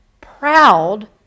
proud